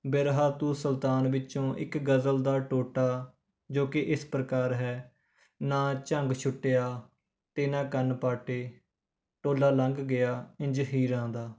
ਬਿਰਹਾ ਤੂੰ ਸੁਲਤਾਨ ਵਿੱਚੋਂ ਇੱਕ ਗਜ਼ਲ ਦਾ ਟੋਟਾ ਜੋ ਕਿ ਇਸ ਪ੍ਰਕਾਰ ਹੈ ਨਾ ਝੰਗ ਛੁਟਿਆ ਅਤੇ ਨਾ ਕੰਨ ਪਾਟੇ ਟੋਲਾ ਲੰਘ ਗਿਆ ਇੰਝ ਹੀਰਾਂ ਦਾ